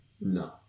No